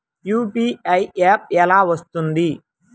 UPI app ఎలా వస్తుంది?